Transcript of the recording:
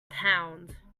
pound